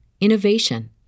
innovation